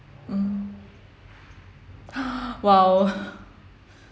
mm !wow!